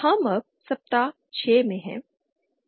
अब हम सप्ताह 6 में हैं